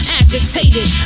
agitated